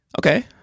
Okay